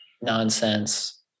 nonsense